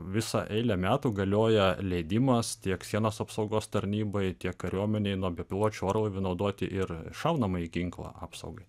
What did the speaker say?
visą eilę metų galioja leidimas tiek sienos apsaugos tarnybai tiek kariuomenei nuo bepiločių orlaivių naudoti ir šaunamąjį ginklą apsaugai